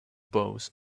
both